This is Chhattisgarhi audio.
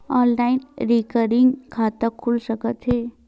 ऑनलाइन रिकरिंग खाता खुल सकथे का?